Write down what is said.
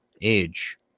age